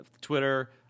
Twitter